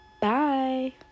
Bye